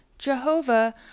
Jehovah